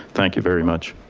thank you very much.